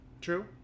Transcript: True